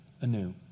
anew